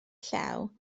llew